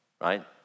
right